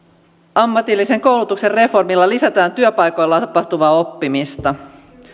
ammatillisen koulutuksen reformilla lisätään työpaikoilla tapahtuvaa oppimista